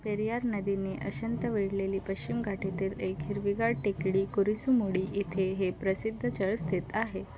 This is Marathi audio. पेरियार नदीने अंशतः वेढलेली पश्चिम घाटातील एक हिरवीगार टेकडी कुरीसुमुडी इथे हे प्रसिद्ध चर्च स्थित आहे